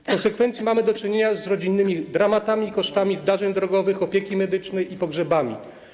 W konsekwencji mamy do czynienia z rodzinnymi dramatami i kosztami zdarzeń drogowych, opieki medycznej i pogrzebami.